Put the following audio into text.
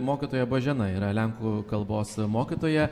mokytoja božena yra lenkų kalbos mokytoja